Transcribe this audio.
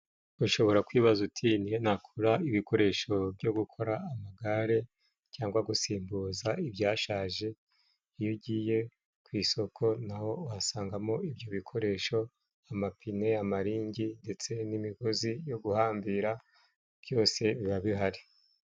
Ushobora kwibaza uti "ni he nakura ibikoresho byo gukora amagare, cyangwa gusimbuza ibyashaje?" Iyo ugiye ku isoko naho uhasangamo ibyo bikoresho. Amapine, amarangi, ndetse n'imigozi yo guhambira byose biba bihari.